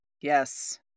Yes